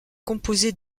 composée